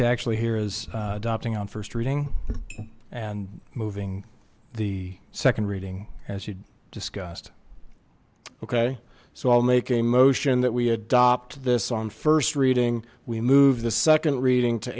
to actually hear is adopting on first reading and moving the second reading as you discussed okay so i'll make a motion that we adopt this on first reading we move the second reading to